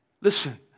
Listen